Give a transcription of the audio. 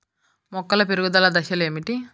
మొక్కల పెరుగుదల దశలు ఏమిటి?